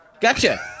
Gotcha